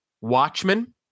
Watchmen